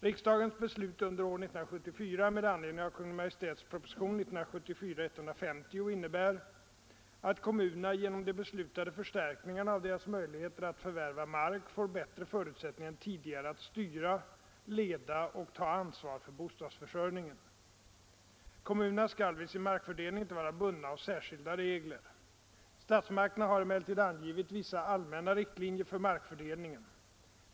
Riksdagens beslut under år 1974 med anledning av Kungl. Maj:ts proposition 1974:150 innebär att kommunerna genom de beslutade förstärkningarna av deras möjligheter att förvärva mark får bättre förutsättningar än tidigare att styra, leda och ta ansvar för bostadsförsörjningen. Kommunerna skall vid sin markfördelning inte vara bundna av särskilda regler. Statsmakterna har emellertid angivit vissa allmänna riktlinjer för markfördelningen.